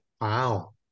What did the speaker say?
Wow